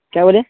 کیا بولے